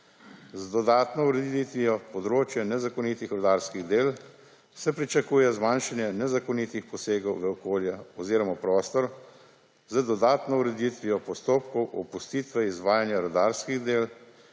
Z dodatno ureditvijo področja nezakonitih rudarskih del se pričakuje zmanjšanje nezakonitih posegov v okolje oziroma prostor z dodatno ureditvijo postopkov opustitve izvajanja rudarskih del